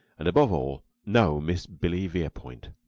and, above all, no miss billy verepoint.